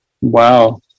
Wow